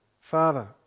Father